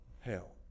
Hell